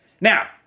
Now